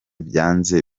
byanze